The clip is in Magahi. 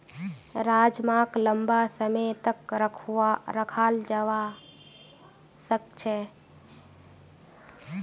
राजमाक लंबा समय तक रखाल जवा सकअ छे